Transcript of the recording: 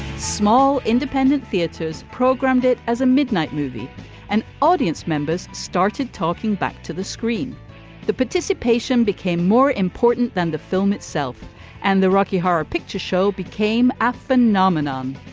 small independent theaters programmed it as a midnight movie and audience members started talking back to the screen the participation became more important than the film itself and the rocky horror picture show became a ah phenomenon.